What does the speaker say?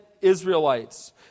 Israelites